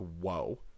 Whoa